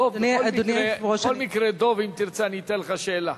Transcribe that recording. דב, בכל מקרה, אם תרצה, אתן לך שאלה.